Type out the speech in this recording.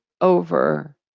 over